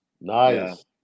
Nice